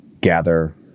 gather